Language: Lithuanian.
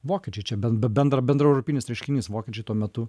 vokiečiai čia ben b bendra bendraeuropinis reiškinys vokiečiai tuo metu